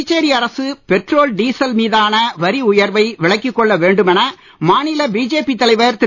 புதுச்சேரி அரசு petrol diesel மீதான வரி உயர்வை விலக்கிக் கொள்ள வேண்டுமென மாநில பிஜேபி தலைவர் திரு